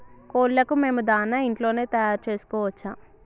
కోళ్లకు మేము దాణా ఇంట్లోనే తయారు చేసుకోవచ్చా?